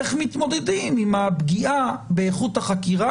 איך מתמודדים עם הפגיעה באיכות החקירה